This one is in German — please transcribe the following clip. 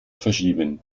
verschieben